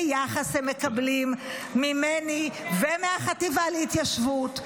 יחס הם מקבלים ממני ומהחטיבה להתיישבות.